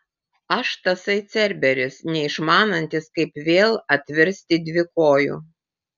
aš tasai cerberis neišmanantis kaip vėl atvirsti dvikoju